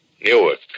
Newark